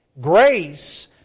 Grace